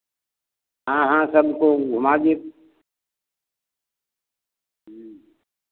हाँ हाँ सबको घुमा देब ह्म्म